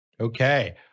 Okay